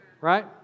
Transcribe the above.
Right